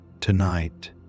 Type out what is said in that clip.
tonight